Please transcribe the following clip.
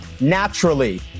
naturally